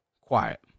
quiet